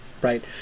right